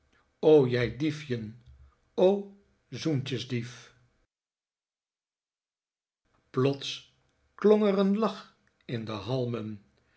o jij diefjen o zoentjensdief plots klonk er een lach in de halmen